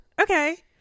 Okay